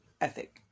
ethic